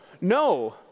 no